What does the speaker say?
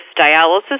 dialysis